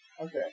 Okay